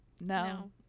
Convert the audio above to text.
no